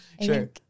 Sure